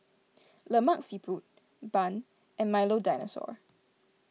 Lemak Siput Bun and Milo Dinosaur